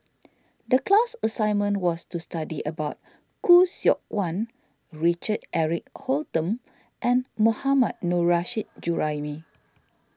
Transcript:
the class assignment was to study about Khoo Seok Wan Richard Eric Holttum and Mohammad Nurrasyid Juraimi